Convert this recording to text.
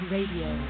Radio